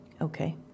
Okay